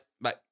Bye